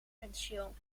penseel